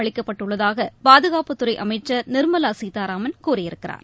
அளிக்கப்பட்டுள்ளதாக பாதுகாப்புத் துறை அமைச்சர் நிர்மலா சீதாராமன் கூறியிருக்கிறார்